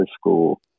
school